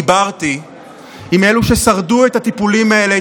דיברתי עם אלו ששרדו את הטיפולים האלה,